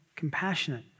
compassionate